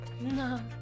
no